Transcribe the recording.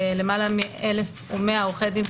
למעלה מ-1,100 עורכי דין חיצוניים.